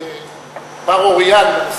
כבר-אוריין,